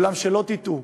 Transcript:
אולם אל תטעו,